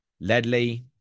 Ledley